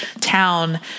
town